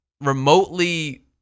remotely